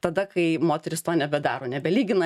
tada kai moterys to nebedaro nebelygina